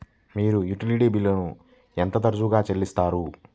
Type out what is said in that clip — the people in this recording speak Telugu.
మీరు యుటిలిటీ బిల్లులను ఎంత తరచుగా చెల్లిస్తారు?